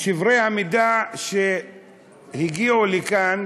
ושברי המידע שהגיעו לכאן